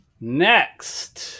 Next